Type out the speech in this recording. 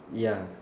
ya